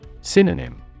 Synonym